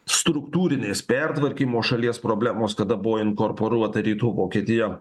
struktūrinės pertvarkymo šalies problemos tada buvo inkorporuota rytų vokietija